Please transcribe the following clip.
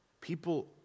People